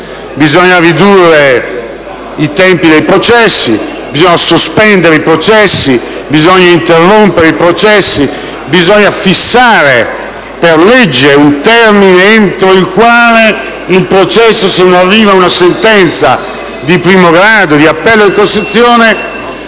di ridurre i tempi dei processi, di sospendere i processi, di interrompere i processi e di fissare per legge un termine entro il quale il processo, se non arriva una sentenza di primo grado, di appello o di Cassazione,